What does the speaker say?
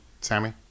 Sammy